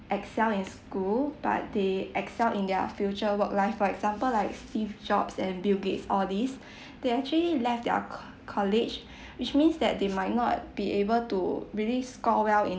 excel in school but they excel in their future work life for example like steve jobs and bill gates all these they actually left their co~ college which means that they might not be able to really score well in